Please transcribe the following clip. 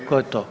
Tko je to?